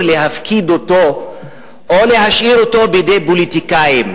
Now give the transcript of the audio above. להפקיד אותו או להשאיר אותו בידי פוליטיקאים,